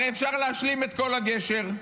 הרי אפשר להשלים את כל הגשר,